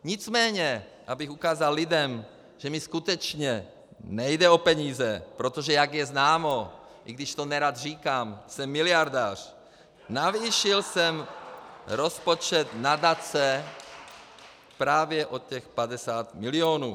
Nicméně abych ukázal lidem, že mi skutečně nejde o peníze, protože jak je známo, i když to nerad říkám, jsem miliardář , navýšil jsem rozpočet nadace právě o těch 50 milionů.